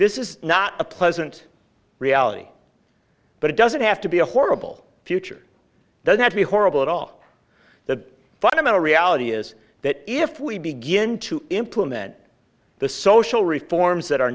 this is not a pleasant reality but it doesn't have to be a horrible future doesn't have to be horrible at all the fundamental reality is that if we begin to implement the social reforms that are